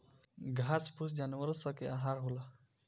घास फूस जानवरो स के आहार होला